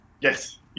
Yes